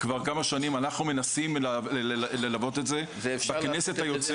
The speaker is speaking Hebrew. אנחנו מנסים עכשיו ללוות את זה --- ואפשר לעשות את זה דרך